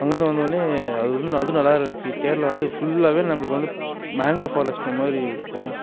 அங்கிருந்து வந்த உடனே அது அதுவும் நல்லா இருந்துச்சு கேர்ளா வந்து ஃபுல்லாகவே நம்மளுக்கு வந்து மேங்குரோ ஃபாரஸ்ட்டு மாதிரி இருக்கும்